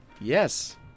Yes